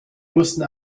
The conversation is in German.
mussten